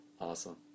Awesome